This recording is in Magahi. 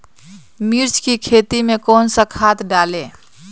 मिर्च की खेती में कौन सा खाद डालें?